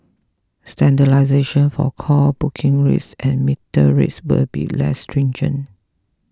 standardisation for call booking rates and metered rates will be less stringent